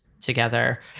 together